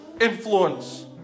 influence